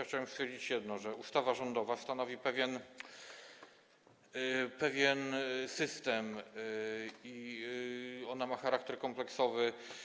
Chciałem stwierdzić jedno: ustawa rządowa stanowi pewien system i ona ma charakter kompleksowy.